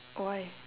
why